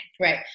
Right